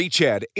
Chad